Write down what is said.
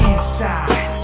Inside